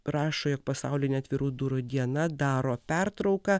rašo jog pasaulinė atvirų durų diena daro pertrauką